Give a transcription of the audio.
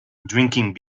drinking